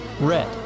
red